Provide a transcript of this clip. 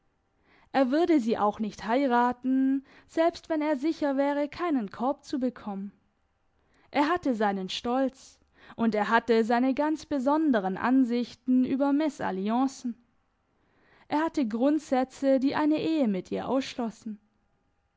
er würde sie auch nicht heiraten selbst wenn er sicher wäre keinen korb zu bekommen er hatte seinen stolz und er hatte seine ganz besonderen ansichten über mesalliancen er hatte grundsätze die eine ehe mit ihr ausschlossen